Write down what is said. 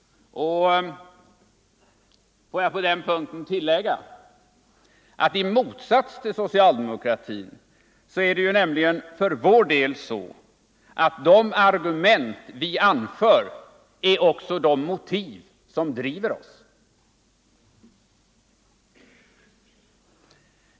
Får jag på den punkten tillägga att i motsats till socialdemokratin är det nämligen för vår del så, att de argument vi anför också är de motiv som driver oss.